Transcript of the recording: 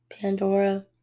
Pandora